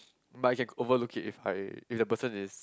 but I can overlook it if I if the person is